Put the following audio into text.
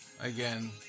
again